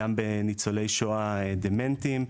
גם בניצולי שואה דמנטיים,